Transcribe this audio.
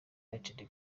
united